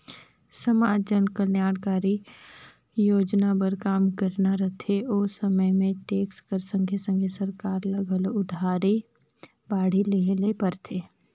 समाज जनकलयानकारी सोजना बर काम करना रहथे ओ समे में टेक्स कर संघे संघे सरकार ल घलो उधारी बाड़ही लेहे ले परथे